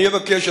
אני אבקש,